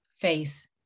face